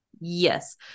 yes